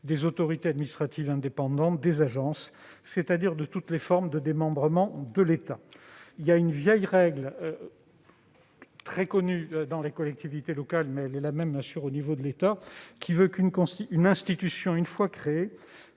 des autorités administratives indépendantes, des agences, c'est-à-dire de toutes les formes de démembrement de l'État. Une vieille règle très connue dans les collectivités locales, qui vaut également à l'échelle de l'État, veut qu'une institution, une fois créée,